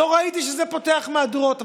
לא ראיתי שזה פותח מהדורות.